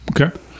Okay